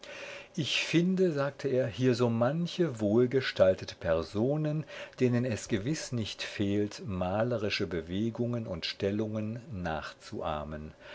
ich finde sagte er hier so manche wohlgestaltete personen denen es gewiß nicht fehlt malerische bewegungen und stellungen nachzuahmen